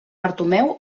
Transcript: bartomeu